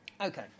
Okay